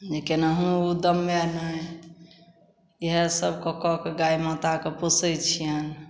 जे केनाहु ओ दम्मे नहि इएहसब कऽ कऽके गाइ माताके पोसै छिअनि